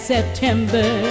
September